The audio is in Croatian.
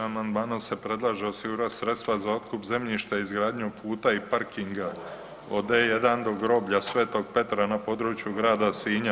Amandmanom se predlaže osigurati sredstva za otkup zemljišta i izgradnju puta i parkinga od D1 do groblja sv. Petra na području grada Sinja.